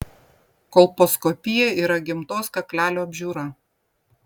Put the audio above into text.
kolposkopija yra gimdos kaklelio apžiūra